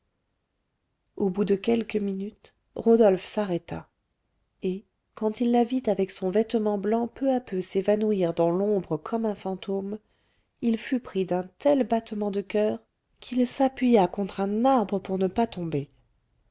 au bout de quelques minutes rodolphe s'arrêta et quand il la vit avec son vêtement blanc peu à peu s'évanouir dans l'ombre comme un fantôme il fut pris d'un tel battement de coeur qu'il s'appuya contre un arbre pour ne pas tomber